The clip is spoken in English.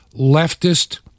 leftist